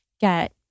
get